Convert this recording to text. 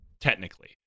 technically